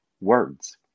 words